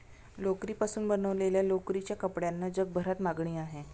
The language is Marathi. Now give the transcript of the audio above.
लोकरीपासून बनवलेल्या लोकरीच्या कपड्यांना जगभरात मागणी आहे